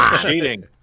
cheating